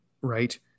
right